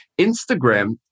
Instagram